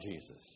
Jesus